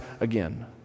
again